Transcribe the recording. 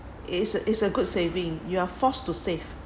is a is a good saving you are forced to save